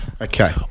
Okay